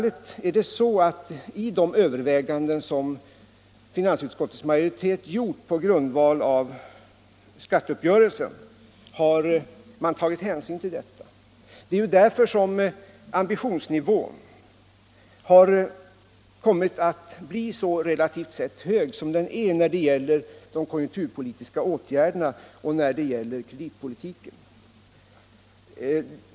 I de överväganden som finansutskottets majoritet gjort på grundval av skatteuppgörelsen har man självfallet tagit hänsyn till detta. Det är ju därför som ambitionsnivån relativt sett har blivit så hög som den är när det gäller de konjunkturpolitiska åtgärderna och när det gäller kreditpolitiken.